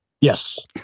Yes